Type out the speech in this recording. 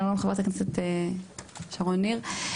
שלום חברת הכנסת שרון ניר.